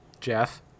Jeff